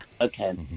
Okay